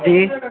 جی